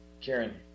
Karen